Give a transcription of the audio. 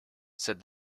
said